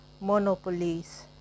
monopolies